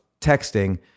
texting